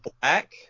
Black